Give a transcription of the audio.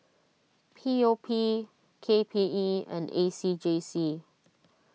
P O P K P E and A C J C